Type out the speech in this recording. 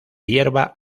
hierba